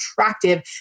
attractive